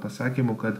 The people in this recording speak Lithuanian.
pasakymu kad